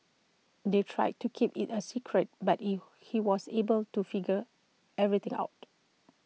they tried to keep IT A secret but IT he was able to figure everything out